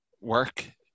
work